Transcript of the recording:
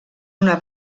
una